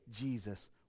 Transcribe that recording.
Jesus